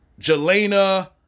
Jelena